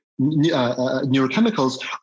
neurochemicals